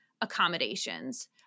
accommodations